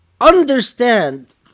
understand